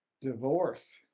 Divorce